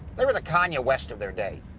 they were the kanye west of their day.